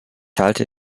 halte